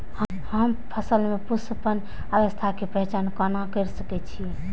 हम फसल में पुष्पन अवस्था के पहचान कोना कर सके छी?